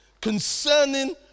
concerning